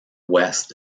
west